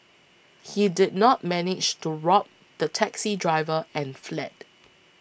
he did not manage to rob the taxi driver and fled